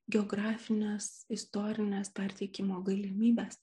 geografines istorines perteikimo galimybes